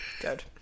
Good